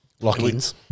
Lock-ins